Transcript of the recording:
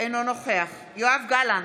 אינו נוכח יואב גלנט,